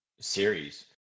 series